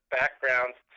backgrounds